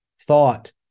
thought